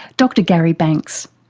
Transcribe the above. dr gary banks.